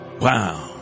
Wow